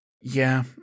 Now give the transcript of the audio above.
Yeah